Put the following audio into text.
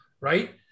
right